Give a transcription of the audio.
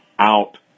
out